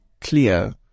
clear